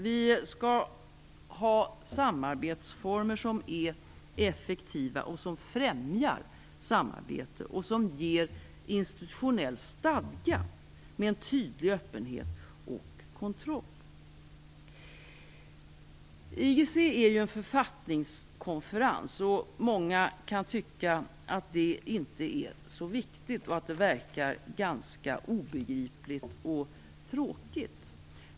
Vi skall ha samarbetsformer som är effektiva, som främjar samarbete och som ger institutionell stadga med tydlig öppenhet och kontroll. IGC är ju en författningskonferens. Många kan tycka att detta inte är så viktigt, och att det verkar vara ganska obegripligt och tråkigt.